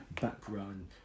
background